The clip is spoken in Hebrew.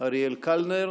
אריאל קלנר,